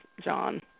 John